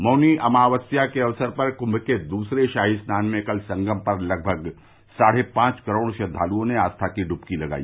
मौनी अमावस्या के अवसर पर कृम के दूसरे शाही स्नान में कल संगम पर लगभग साढ़े पांच करोड़ श्रद्वालुओं ने आस्था की ड्बकी लगाई